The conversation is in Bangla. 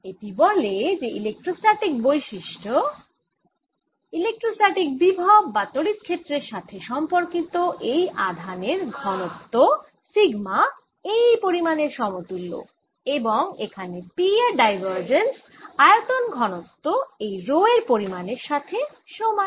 এটি বলে যে ইলেক্ট্রোস্ট্যাটিক বৈশিষ্ট্য ইলেক্ট্রোস্ট্যাটিক বিভব বা তড়িৎক্ষেত্রের সাথে সম্পর্কিত এই আধানের ঘনত্ব সিগমা এই পরিমাণের সমতুল্য এবং এখানে P এর ডাইভারজেন্স আয়তন ঘনত্ব এই রো এর পরিমাণের সাথে সমান